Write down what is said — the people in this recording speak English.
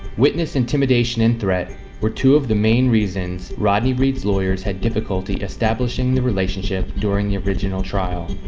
witness intimidation and threat were two of the main reasons rodney reed's lawyers had difficulty establishing the relationship during the original trial.